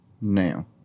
Now